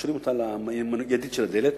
בדלת.